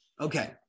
Okay